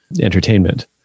entertainment